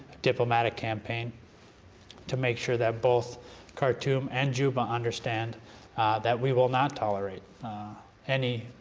diplomatic campaign to make sure that both khartoum and juba understand that we will not tolerate any